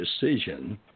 decision